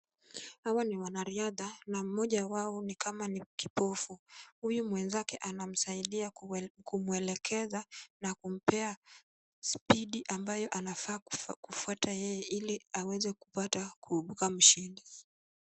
Hawa ni wanariadha na mmoja wao ni kama ni kipofu. Huyu mwenzake anamsaidia kumuelekeza na kumpea [c]spidi[c]ambayo anafaa kufuata yeye ili aweze kuwa mshindi.